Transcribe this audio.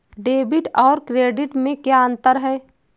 Debit और credit में क्या अंतर है?